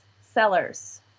Sellers